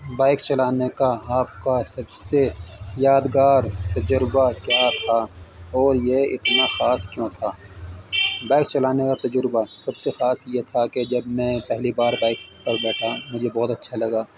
bike چلانے کا آپ کا سب سے یادگار تجربہ کیا تھا اور یہ اتنا خاص کیوں تھا بائک چلانے کا تجربہ سب سے خاص یہ تھا کہ جب میں پہلی بار بائک پر بیٹھا مجھے بہت اچھا لگا